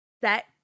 set